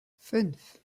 fünf